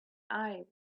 eye